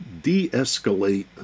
de-escalate